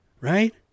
right